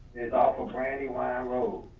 is offer brandywine um road.